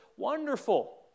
Wonderful